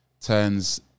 turns